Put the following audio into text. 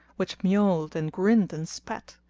which miauled and grinned and spat.